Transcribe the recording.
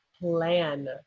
plan